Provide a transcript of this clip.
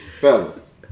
fellas